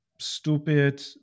stupid